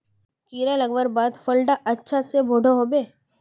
कीड़ा लगवार बाद फल डा अच्छा से बोठो होबे?